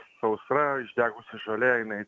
sausra išdegusi žolė jinai